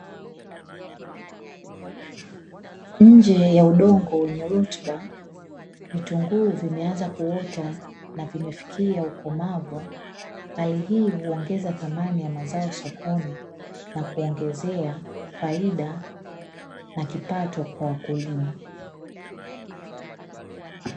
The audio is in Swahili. Nje ya udongo wenye rutuba, vitunguu vimeanza kuota na vimefikia ukomavu. Hali hii huongeza thamani ya mazao sokoni na kuongezea faida na kipato kwa wakulima.